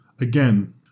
Again